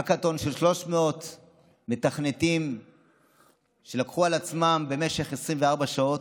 האקתון של 300 מתכנתים שלקחו על עצמם במשך 24 שעת,